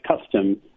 custom